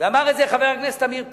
אמר את זה חבר הכנסת עמיר פרץ,